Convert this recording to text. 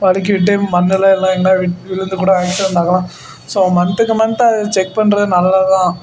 வழுக்கி விட்டு மண்ணில் இல்லை எங்கேனா விட்டு விழுந்து கூட ஆக்ஸிரண்ட் ஆகலாம் ஸோ மந்த்துக்கு மந்த்து அதை செக் பண்ணுறது நல்லது தான்